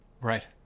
Right